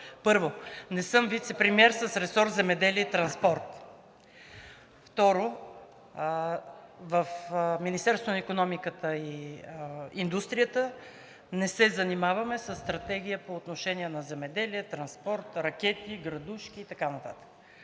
Първо, не съм вицепремиер с ресор „Земеделие“ и „Транспорт“. Второ, в Министерството на икономиката и индустрията не се занимаваме със стратегия по отношение на земеделие, транспорт, ракети, градушки и така нататък.